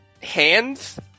hands